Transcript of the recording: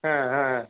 हां हा